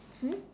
hmm